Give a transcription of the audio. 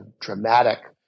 dramatic